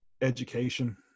education